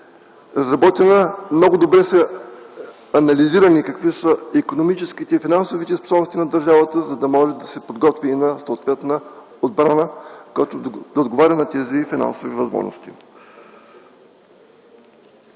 разработена, много добре са анализирани какви са икономическите и финансовите способности на държавата, за да може да се подготви една съответна отбрана, която да отговаря на тези финансови възможности.